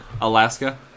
Alaska